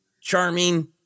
charming